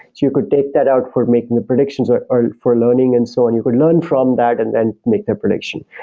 you could take that out for making predictions or or for learning and so on. you could learn from that and and make the prediction.